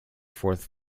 fourth